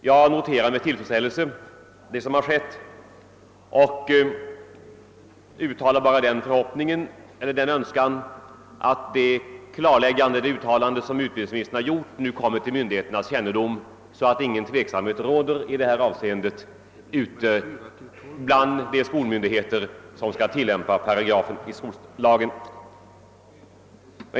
Jag noterar vad som sålunda skett med tillfredsställelse och uttalar bara den önskan, att utbildningsministerns = klarläggande kommer till myndigheternas kännedom så att det inte kommer att råda någon oklarhet beträffande tillämpningen av denna paragraf i skollagen.